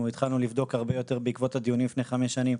התחלנו לבדוק הרבה יותר בעקבות הדיונים לפני חמש שנים,